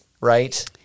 right